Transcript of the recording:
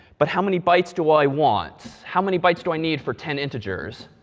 but how many bytes do what i want? how many bytes do i need for ten integers?